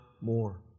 more